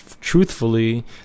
truthfully